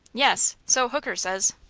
yes, so hooker says.